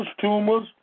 tumors